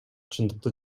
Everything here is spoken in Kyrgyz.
чындыкты